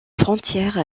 frontière